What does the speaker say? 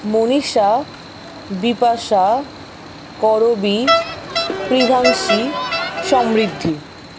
মনীষা বিপাশা করবী প্রিঘাংশী সমৃদ্ধি